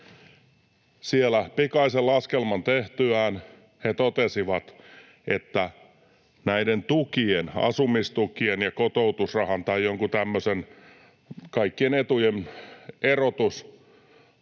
siellä pikaisen laskelman tehtyään he totesivat, että näiden tukien — asumistukien ja kotoutusrahan tai jonkun tämmöisen, kaikkien etujen — erotus